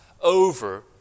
over